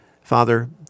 Father